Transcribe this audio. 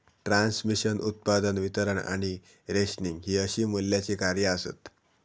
transmission, उत्पादन, वितरण आणि रेशनिंग हि अशी मूल्याची कार्या आसत